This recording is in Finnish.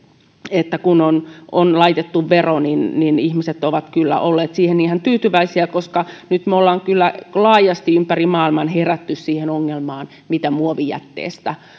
että kun on on laitettu vero niin niin ihmiset ovat kyllä olleet siihen ihan tyytyväisiä koska nyt me olemme kyllä laajasti ympäri maailman heränneet siihen ongelmaan mitä muovijätteestä